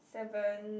seven